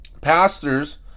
pastors